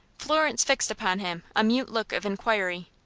florence fixed upon him a mute look of inquiry.